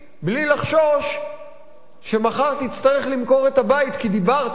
בלי לחשוש שמחר תצטרך למכור את הבית כי דיברת.